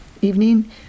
evening